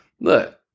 look